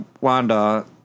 Wanda